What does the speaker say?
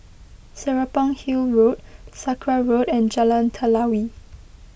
Serapong Hill Road Sakra Road and Jalan Telawi